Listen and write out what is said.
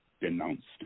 denounced